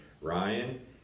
Ryan